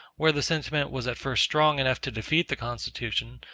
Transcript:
where the sentiment was at first strong enough to defeat the constitution,